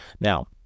Now